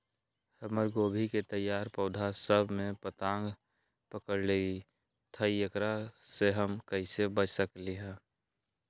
हमर गोभी के तैयार पौधा सब में फतंगा पकड़ लेई थई एकरा से हम कईसे बच सकली है?